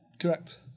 correct